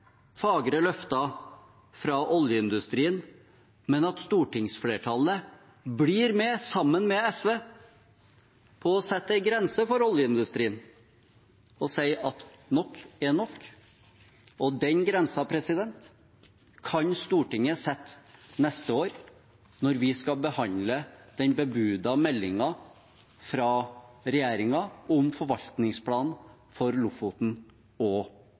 fagre løfter fra oljeindustrien, men at stortingsflertallet sammen med SV blir med på å sette grenser for oljeindustrien og si at nok er nok. Den grensen kan Stortinget sette neste år når vi skal behandle den bebudede meldingen fra regjeringen om forvaltningsplanen for Lofoten og